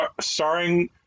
starring